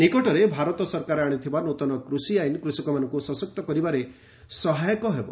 ନିକଟରେ ଭାରତ ସରକାର ଆଶିଥିବା ନୂତନ କୃଷି ଆଇନ କୃଷକମାନଙ୍କୁ ସଶକ୍ତ କରିବାରେ ସହାୟକ ହୋଇ ରହିବ